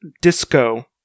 disco